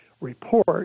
report